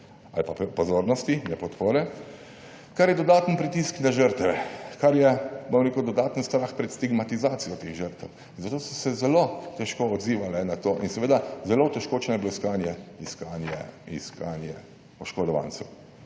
ali pa pozornosti, ne podpore, kar je dodaten pritisk na žrtve, kar je, bom rekel, dodaten strah pred stigmatizacijo teh žrtev. Zato so se zelo težko odzivale na to in seveda zelo otežkočeno je bilo iskanje, oškodovancev.